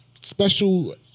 special